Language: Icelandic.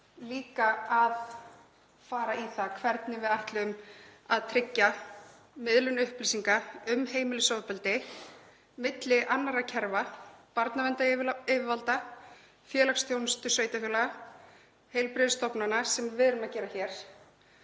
líka að fara í það hvernig við ætlum að tryggja miðlun upplýsinga um heimilisofbeldi milli annarra kerfa; barnaverndaryfirvalda, félagsþjónustu sveitarfélaga, heilbrigðisstofnana, sem við erum að gera hér,